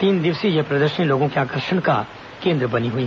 तीन दिवसीय यह प्रदर्शनी लोगों के आकर्षण का केन्द्र बनी रही